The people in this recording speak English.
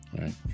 right